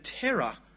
terror